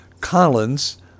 Collins